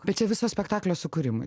bet čia visos spektaklio sukūrimui tai turi